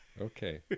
Okay